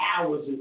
hours